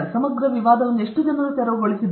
ಸಮಗ್ರ ವಿವಾವನ್ನು ಎಷ್ಟು ಜನರು ತೆರವುಗೊಳಿಸಿದ್ದಾರೆ